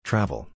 Travel